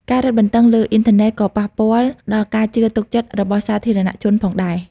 ការរឹតបន្ដឹងលើអ៊ីនធឺណិតក៏ប៉ះពាល់ដល់ការជឿទុកចិត្តរបស់សាធារណៈជនផងដែរ។